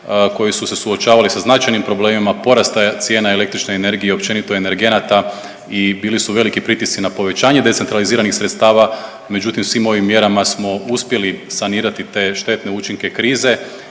koji su se suočavali sa značajnim problemima porasta cijena električne energije i općenito energenata i bili su veliki pritisci na povećanje decentraliziranih sredstava, međutim svim ovim mjerama smo uspjeli sanirati te štetne učinke krize